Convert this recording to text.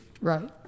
Right